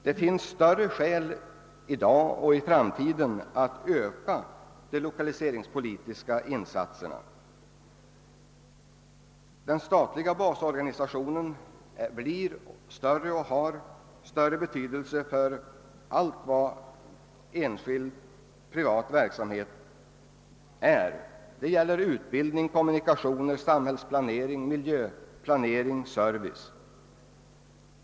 Det finns större skäl i dag och i framtiden att öka de lokaliseringspolitiska insatserna. Den statliga basorganisatio nen blir större och får större betydelse för alla slag av privat och enskild verksamhet. Det gäller utbildning, kommunikationer, samhällsplanering, miljöplanering och service.